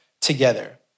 together